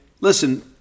listen